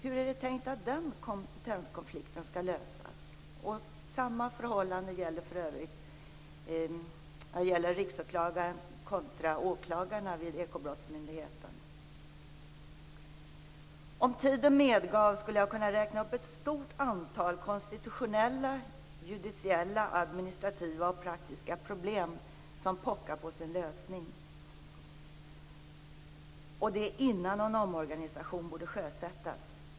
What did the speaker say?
Hur är det tänkt att den kompetenskonflikten skall lösas? Samma förhållande gäller för övrigt Riksåklagaren kontra åklagarna vid Ekobrottsmyndigheten. Om tiden medgav det skulle jag kunna räkna upp ett stort antal konstitutionella, judiciella, administrativa och praktiska problem som pockar på en lösning; detta innan en omorganisation borde sjösättas.